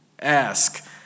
ask